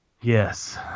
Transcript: Yes